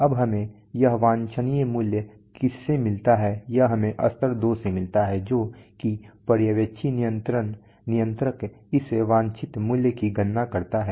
अब हमें यह वांछित मूल्य किससे मिलता है यह हमें स्तर 2 से मिलता है जो कि पर्यवेक्षी नियंत्रक इस वांछित मूल्य की गणना करता है